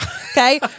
Okay